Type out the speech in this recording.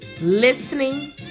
listening